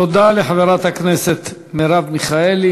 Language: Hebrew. תודה לחברת הכנסת מרב מיכאלי.